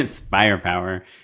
firepower